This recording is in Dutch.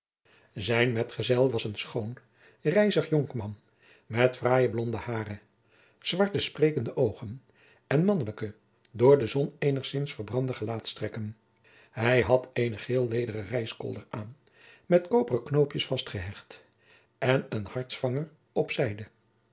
zijn medgezel was een schoon rijzig jonkman met fraaie blonde hairen zwarte sprekende oogen en mannelijke door de zon eenigzins verbrandde gelaatstrekken hij had eenen geel lederen reiskolder aan met koperen knoopjens vastgehecht en een hartsvanger op zijde